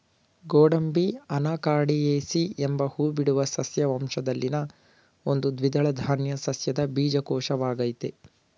ಗೋಡಂಬಿ ಅನಾಕಾರ್ಡಿಯೇಸಿ ಎಂಬ ಹೂಬಿಡುವ ಸಸ್ಯ ವಂಶದಲ್ಲಿನ ಒಂದು ದ್ವಿದಳ ಧಾನ್ಯ ಸಸ್ಯದ ಬೀಜಕೋಶವಾಗಯ್ತೆ